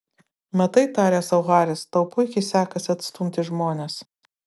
matai tarė sau haris tau puikiai sekasi atstumti žmones